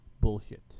bullshit